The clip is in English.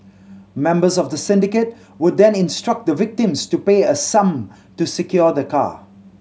members of the syndicate would then instruct the victims to pay a sum to secure the car